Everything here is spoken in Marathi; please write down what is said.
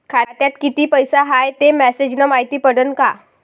खात्यात किती पैसा हाय ते मेसेज न मायती पडन का?